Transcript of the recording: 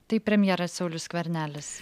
tai premjeras saulius skvernelis